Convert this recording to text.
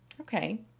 Okay